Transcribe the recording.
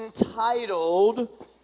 entitled